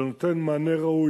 זה נותן מענה ראוי,